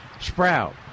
sprout